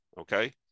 okay